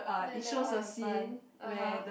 then then what happen (uh huh)